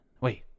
wait